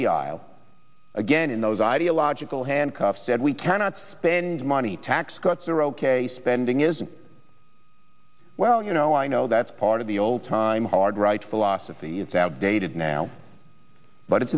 the aisle again in those ideological handcuffs said we cannot spend money tax cuts are ok spending isn't well you know i know that's part of the old time hard right philosophy it's outdated now but it's